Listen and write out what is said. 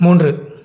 மூன்று